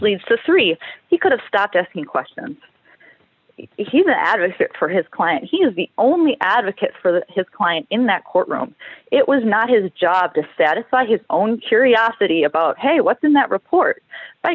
leads to three he could have stopped asking questions he's an advocate for his client he is the only advocate for the his client in that courtroom it was not his job to satisfy his own curiosity about hey what's in that report by